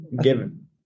given